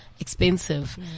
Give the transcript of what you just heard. Expensive